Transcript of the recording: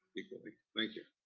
equally, thank you.